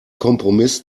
kompromiss